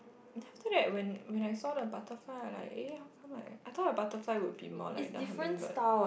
then after that when when I saw the butterfly I like eh how come like I thought the butterfly would be more like the hummingbird